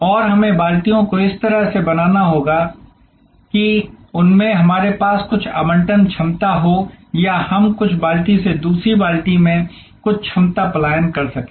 और हमें बाल्टियों को इस तरह से बनाना होगा कि उनमें हमारे पास कुछ आवंटन क्षमता हो या हम कुछ बाल्टी से दूसरी बाल्टी में कुछ क्षमता पलायन कर सकें